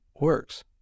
works